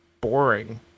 boring